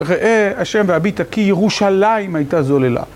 ראה השם והביטה כי ירושלים הייתה זוללה.